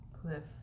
cliff